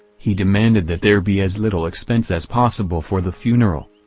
he demanded that there be as little expense as possible for the funeral.